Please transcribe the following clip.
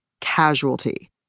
casualty